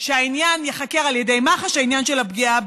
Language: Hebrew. שהעניין ייחקר על ידי מח"ש, העניין של הפגיעה